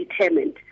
determined